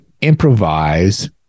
improvise